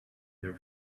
their